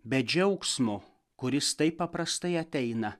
be džiaugsmo kuris taip paprastai ateina